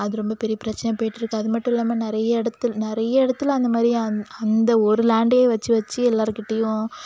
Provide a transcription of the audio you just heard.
அது ரொம்ப பெரிய பிரச்சனையா போயிட்டிருக்கு அது மட்டும் இல்லாமல் நிறைய இடத்துல நிறைய இடத்துல அந்த மாதிரி அந்த அந்த ஒரு லேண்டை வச்சு வச்சு எல்லார் கிட்டேயும்